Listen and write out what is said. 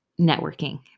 networking